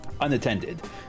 Unattended